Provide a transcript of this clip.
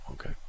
Okay